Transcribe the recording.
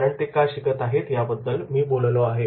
कारण ते का शिकत आहेत या बद्दल मी बोललो आहे